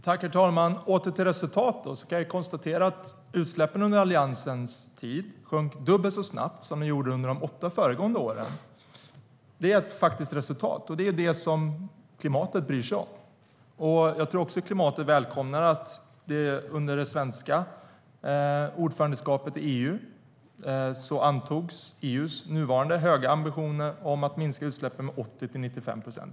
Herr talman! Om vi återgår till resultaten kan jag konstatera att utsläppen under Alliansens tid sjönk dubbelt så snabbt som under de åtta föregående åren. Det är ett faktiskt resultat, och det är vad klimatet bryr sig om. Jag tror också att klimatet välkomnade att EU:s nuvarande höga ambitioner om att minska utsläppen med 80-95 procent antogs under det svenska ordförandeskapet i EU.